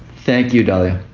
thank you. dalia